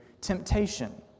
temptation